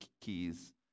keys